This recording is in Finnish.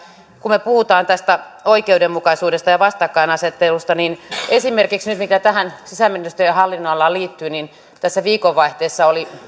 kun me puhumme tästä oikeudenmukaisuudesta ja vastakkainasettelusta niin esimerkiksi mikä tähän sisäministeriön hallinnonalaan liittyy viikonvaihteessa oli